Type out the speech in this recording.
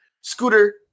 Scooter